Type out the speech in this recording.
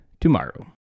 tomorrow